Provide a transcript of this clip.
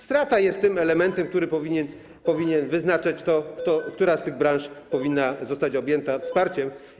Strata jest tym elementem, który powinien wyznaczać to, która z tych branż powinna zostać objęta wsparciem.